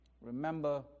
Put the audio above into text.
Remember